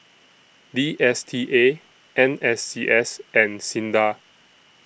D S T A N S C S and SINDA